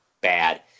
bad